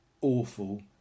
awful